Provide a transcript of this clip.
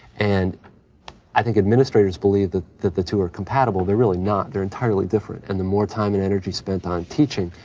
and i think administrators believe that that the two are compatible. they're really not. they're entirely different. and the more time and energy spent on teaching,